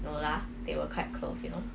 no lah they were quite close you know